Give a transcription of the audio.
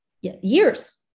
years